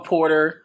Porter